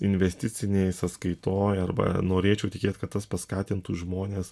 investicinėj sąskaitoj arba norėčiau tikėt kad tas paskatintų žmones